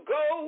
go